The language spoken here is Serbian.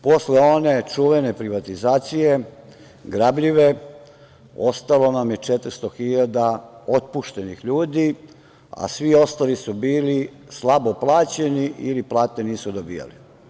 Posle one čuvene privatizacije grabljive, ostalo nam je 400.000 otpuštenih ljudi, a svi ostali su bili slabo plaćeni ili plate nisu dobijali.